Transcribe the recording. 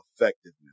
effectiveness